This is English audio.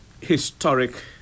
historic